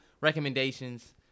recommendations